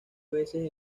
veces